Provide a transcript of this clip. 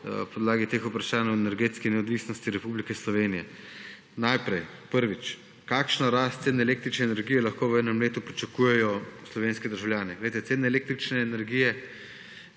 na podlagi teh vprašanj o energetski neodvisnosti Republike Slovenije. Prvič. Kakšno rast cen električne energije lahko v enem letu pričakujejo slovenski državljani? Poglejte, cene električne energije